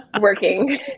working